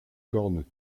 corne